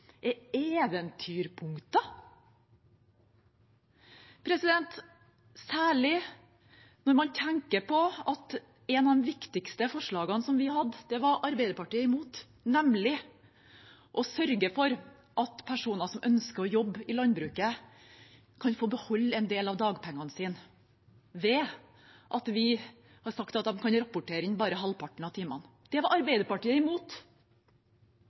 er «eventyrpunkter», særlig når man tenker på at et av de viktigste forslagene som vi hadde, var Arbeiderpartiet imot, nemlig å sørge for at personer som ønsker å jobbe i landbruket, kan få beholde en del av dagpengene sine ved at de kan rapportere inn bare halvparten av timene. Det var Arbeiderpartiet imot.